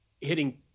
hitting